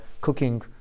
cooking